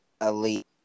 elite